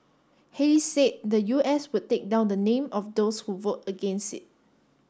Haley said the U S would take down the name of those who vote against it